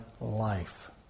life